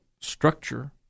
Structure